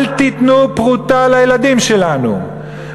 אל תיתנו פרוטה לילדים שלנו,